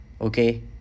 okay